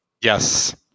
Yes